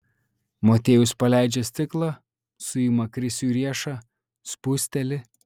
motiejus paleidžia stiklą suima krisiui riešą spusteli